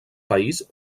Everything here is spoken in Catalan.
país